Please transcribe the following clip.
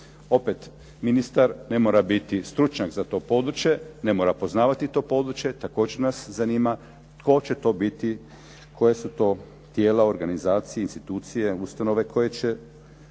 Opet, ministar ne mora biti stručnjak za to područje, ne mora poznavati to područje. Također nas zanima tko će to biti, koja su to tijela, organizacije, institucije, ustanove koje će